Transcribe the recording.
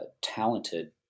talented